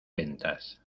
ventas